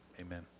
amen